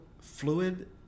fluid